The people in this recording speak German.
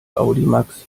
audimax